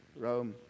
Rome